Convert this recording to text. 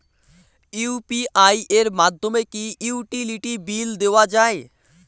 UPI এর মাধ্যমে কি ইউটিলিটি বিল দেওয়া যায়?